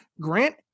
Grant